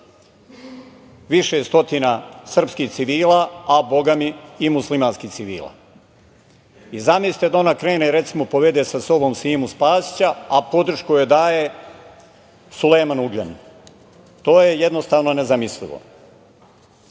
više stotina srpskih civila, a bogami i muslimanskih civila. Zamislite da ona krene i, recimo, povede sa sobom Simu Spasića, a podršku joj daje Sulejman Ugljanin. To je jednostavno nezamislivo. Kreatori